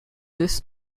this